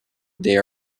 they